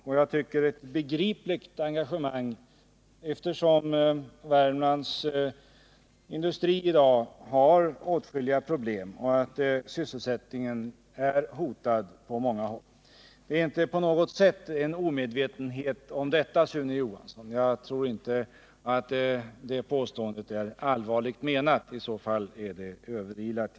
Och jag tycker det är ett begripligt engagemang eftersom Värmlands industri i dag har åtskilliga problem och sysselsättningen är hotad på många håll. Det är inte på något sätt en omedvetenhet i regeringen om detta, Sune Johansson. Jag tror inte det påståendet är allvarligt menat — i så fall är det överilat.